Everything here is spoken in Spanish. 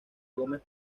gómez